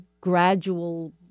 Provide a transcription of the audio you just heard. gradual